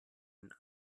den